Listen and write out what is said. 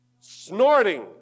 snorting